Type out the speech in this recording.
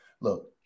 look